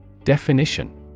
Definition